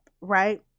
right